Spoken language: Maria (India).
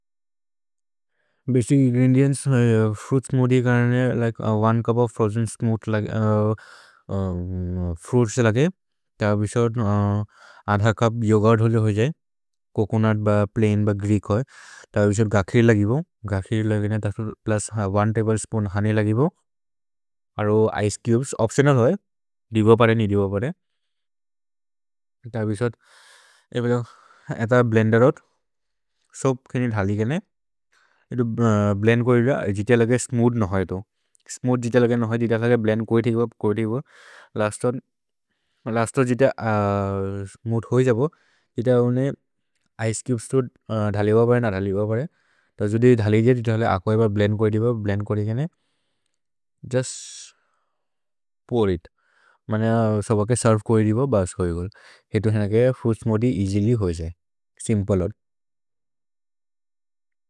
भसिच् ingredients, fruit smoothie एक् cup of frozen fruits, yogurt एक् छुप्, छोचोनुत्, प्लैन्, ग्रीक्, गख्रि, होनेय् एक् tablespoon, ice cubes optional ice cubes optional serve blender out just pour smoothie easily होजये सिम्प्ले।